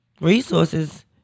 Resources